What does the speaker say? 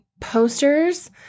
posters